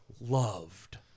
loved